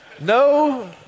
No